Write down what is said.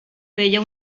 feia